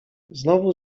znowu